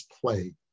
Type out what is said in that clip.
play